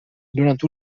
durant